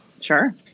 Sure